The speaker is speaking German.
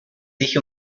sich